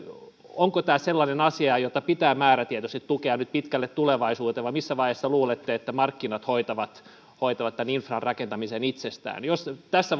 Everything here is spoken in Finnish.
onko tämä sellainen asia jota pitää määrätietoisesti tukea nyt pitkälle tulevaisuuteen vai missä vaiheessa luulette että markkinat hoitavat hoitavat tämän infran rakentamisen itsestään tässä